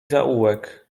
zaułek